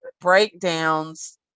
breakdowns